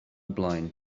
blaen